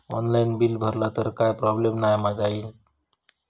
Online bill भरला तर काय प्रोब्लेम नाय मा जाईनत?